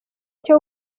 icyo